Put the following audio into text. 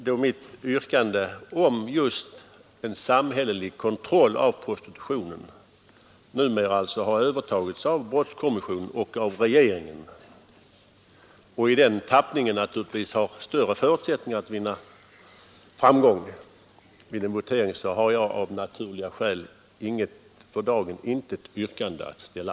Då mitt yrkande om en samhällelig kontroll av prostitutionen numera övertagits av brottskommissionen och av regeringen och i den tappningen naturligtvis har större förutsättningar att vinna framgång vid en votering, har jag av naturliga skäl för dagen intet yrkande att ställa.